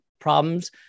problems